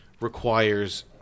requires